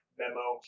memo